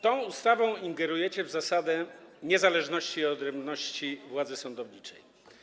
Tą ustawą ingerujecie w zasadę niezależności i odrębności władzy sądowniczej.